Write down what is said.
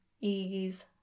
ease